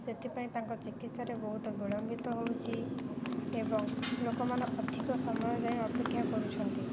ସେଥିପାଇଁ ତାଙ୍କ ଚିକିତ୍ସାରେ ବହୁତ ବିଳମ୍ବିତ ହେଉଛି ଏବଂ ଲୋକମାନେ ଅଧିକ ସମୟ ଯାଏଁ ଅପେକ୍ଷା କରୁଛନ୍ତି